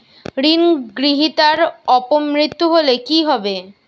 ঋণ গ্রহীতার অপ মৃত্যু হলে কি হবে?